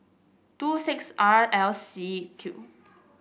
two six R L C Q